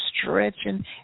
stretching